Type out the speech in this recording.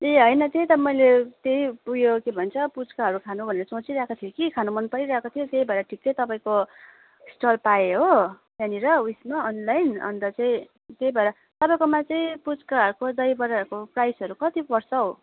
ए होइन त्यही त मैले त्यही उयो के भन्छ पुच्काहरू खानु भनेर सोचिरहेको थिएँ कि खानु मनपरिरहेको थियो त्यही भएर ठिक्कै तपाईँको स्टल पाएँ हो त्यहाँनिर उयसमा अनलाइन अन्त चाहिँ त्यही भएर तपाईँकोमा चाहिँ पुच्काहरूको दहीबडाहरूको प्राइसहरू कति पर्छ हौ